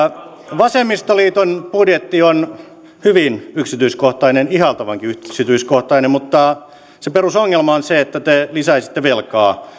vasemmistoliiton budjetti on hyvin yksityiskohtainen ihailtavankin yksityiskohtainen mutta sen perusongelma on se että te lisäisitte velkaa